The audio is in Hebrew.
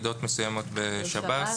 יחידות מסוימות בשירות בתי הסוהר.